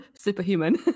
superhuman